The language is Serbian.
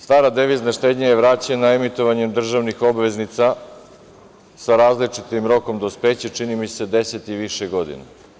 Stara devizna štednja je vraćena emitovanjem državnih obveznica sa različitim rokom dospeća, čini mi se deset i više godina.